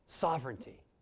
Sovereignty